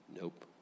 Nope